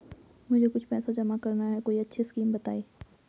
मुझे कुछ पैसा जमा करना है कोई अच्छी स्कीम बताइये?